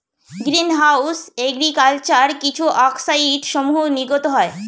green house agriculture কিছু অক্সাইডসমূহ নির্গত হয়